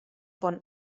bonn